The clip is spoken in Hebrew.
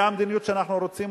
זה המדיניות שאנחנו רוצים?